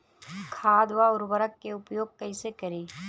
खाद व उर्वरक के उपयोग कइसे करी?